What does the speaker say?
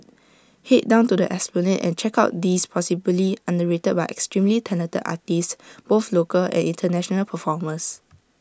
Head down to the esplanade and check out these possibly underrated but extremely talented artists both local and International performers